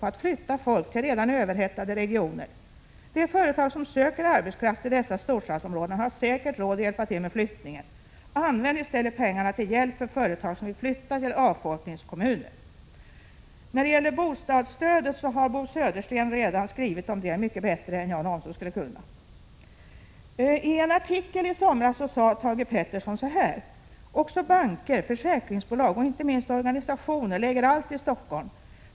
på att flytta folk till redan överhettade regioner? De företag som söker arbetskraft till dessa storstadsområden har säkert råd att hjälpa till med flyttningen. Använd i stället pengarna till hjälp för företag som vill flytta till avfolkningskommuner! Bostadsstödet har Bo Södersten redan skrivit om, mycket bättre än jag någonsin kan göra. I en tidningsartikel i somras uttalade Thage Peterson följande: ”Också banker, försäkringsbolag och inte minst organisationer lägger allt i Stockholm.